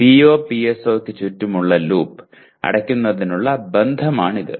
POPSO യ്ക്ക് ചുറ്റുമുള്ള loop അടയ്ക്കുന്നതിനുള്ള ബന്ധമാണിത്